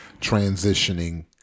transitioning